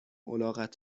الاغت